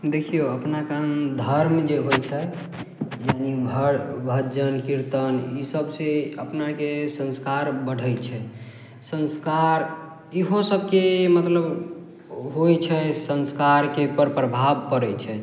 देखियौ अपना काम धर्म जे होइ छै भज्जन किर्तन ई सबसे अपनाके संस्कार बढ़ै छै संस्कार इहो सबके मतलब होइ छै संस्कारके प्रभाब पड़ै छै